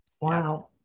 wow